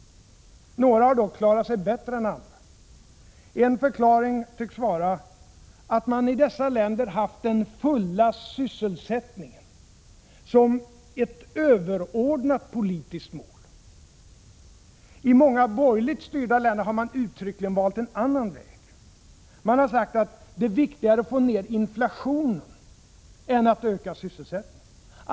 Några har dock klarat sig bättre än andra. En förklaring tycks vara att man i dessa länder haft den fulla sysselsättningen som ett överordnat politiskt mål. I många borgerligt styrda länder har man uttryckligen valt en annan väg. Man har sagt att det är viktigare att få ner inflationen än att öka sysselsättningen.